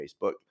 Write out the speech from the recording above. Facebook